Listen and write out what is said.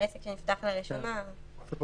אני לא